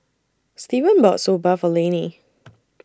Steven bought Soba For Lanie